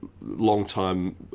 long-time